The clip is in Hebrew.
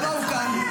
למה הוא כאן?